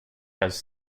has